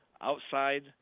outside